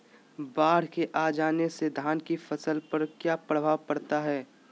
बाढ़ के आ जाने से धान की फसल पर किया प्रभाव पड़ता है?